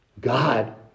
god